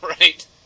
Right